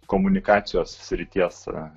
komunikacijos srities